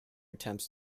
attempts